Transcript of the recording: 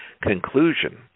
Conclusion